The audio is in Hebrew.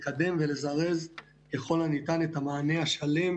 לקדם ולזרז ככל הניתן את המענה השלם,